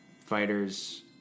fighters